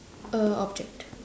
uh object